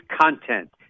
content